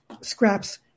scraps